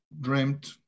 dreamt